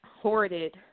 hoarded –